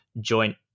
joint